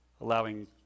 allowing